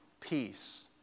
peace